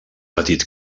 petits